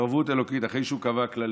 התערבות אלוקית אחרי שהוא קבע כללים.